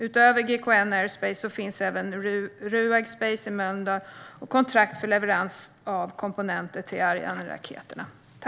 Utöver GKN Aerospace har även RUAG Space i Mölndal kontrakt för leverans av komponenter till Arianeraketerna.